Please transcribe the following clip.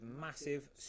massive